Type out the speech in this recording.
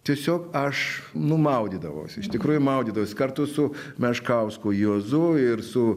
tiesiog aš nu maudydavausi iš tikrųjų maudydavaus kartu su meškausku juozu ir su